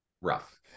rough